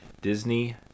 disney